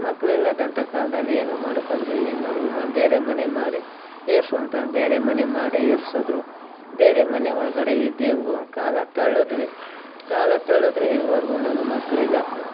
ಮಕ್ಕಳು ಇಲ್ಲದಂಥ ಕಾಲದಲ್ಲಿ ಏನು ಮಾಡೋಕಾಗದೇ ಏನು ಮಾಡೋದು ನಾನು ಬೇರೆ ಮನೆ ಮಾಡಿ ಇರಿಸು ಅಂತ ಬೇರೆ ಮನೆ ಮಾಡಿ ಇರಿಸಿದ್ರು ಬೇರೆ ಮನೆ ಒಳಗಡೆ ಇದ್ದೆಂಗೋ ಒಂದು ಕಾಲ ತಳ್ಳಿದ್ವಿ ಕಾಲ ತಳ್ಳಿದ್ರು ಇದುವರೆಗೂ ನನಗೆ ಮಕ್ಕಳಿಲ್ಲ ಸರ್